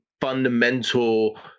fundamental